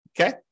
Okay